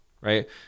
right